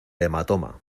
hematoma